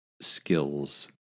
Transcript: skills